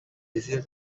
easier